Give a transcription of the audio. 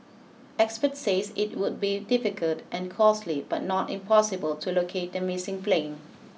expert says it would be difficult and costly but not impossible to locate the missing plane